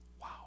Wow